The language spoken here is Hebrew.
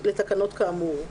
לתקנות כאמור,